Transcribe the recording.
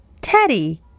Teddy